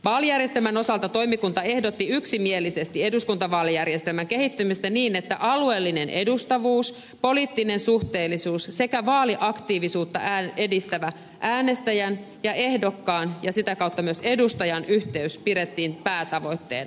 vaalijärjestelmän osalta toimikunta ehdotti yksimielisesti eduskuntavaalijärjestelmän kehittämistä niin että alueellinen edustavuus poliittinen suhteellisuus sekä vaaliaktiivisuutta edistävä äänestäjän ja ehdokkaan ja sitä kautta myös edustajan yhteys on päätavoitteena